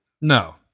No